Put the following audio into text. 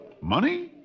Money